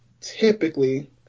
typically